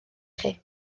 chi